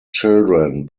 children